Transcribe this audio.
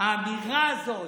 האמירה הזאת,